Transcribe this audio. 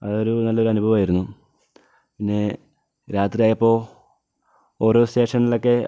അതൊരു നല്ലൊരു അനുഭവമായിരുന്നു പിന്നെ രാത്രിയായപ്പോൾ ഓരോ സ്റ്റേഷനിലൊക്കെ